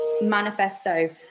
manifesto